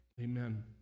Amen